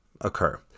occur